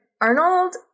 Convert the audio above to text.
Arnold